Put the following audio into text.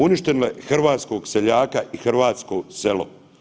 Uništile hrvatskog seljaka i hrvatsko selo.